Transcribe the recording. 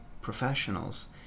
professionals